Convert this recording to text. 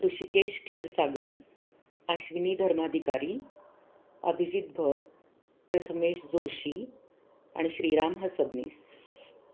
ऋषिकेश क्षीरसागर आश्विनी धर्माधिकारी अभिजित भट प्रथमेश जोशी आणि श्रीराम हसबनीस